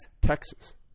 Texas